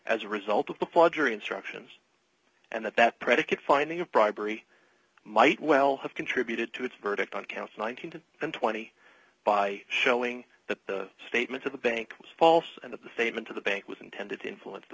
as a result of the fogger instructions and that that predicate finding of bribery might well have contributed to its verdict on counts one thousand and twenty by showing that the statement to the bank was false and of the statement to the bank was intended to influence the